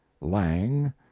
Lang